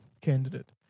candidate